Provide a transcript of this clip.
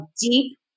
deep